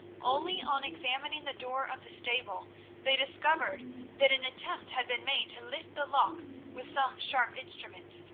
only on examining the door of the stable they discovered that an attempt had been made to lift the lock with some sharp instrument.